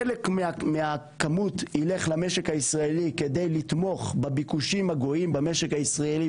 חלק מהכמות ילך למשק הישראלי כדי לתמוך בביקושים הגואים במשק הישראלי.